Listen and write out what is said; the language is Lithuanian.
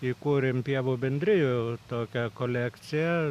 įkūrėm pievų bendrijų tokią kolekciją